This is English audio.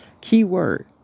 keyword